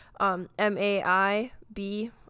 M-A-I-B